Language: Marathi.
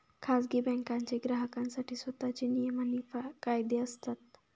खाजगी बँकांचे ग्राहकांसाठी स्वतःचे नियम आणि कायदे असतात